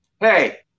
hey